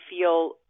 feel